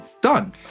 Done